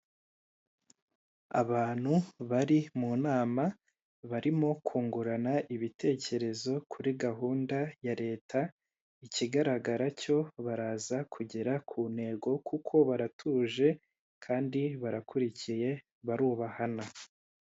Abantu bari mu nama barimo kungurana ibitekerezo kuri gahunda ya leta ikigaragaracyo baraza kugera ku ntego kuko baratuje kandi barakurikiye barubahana.